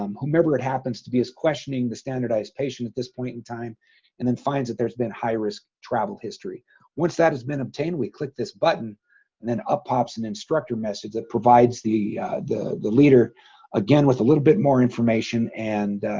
um whomever it happens to be is questioning the standardized patient at this point in time and then finds that there's been high risk travel history once that has been obtained we click this button and then up pops an instructor message that provides the the the leader again with a little bit more information and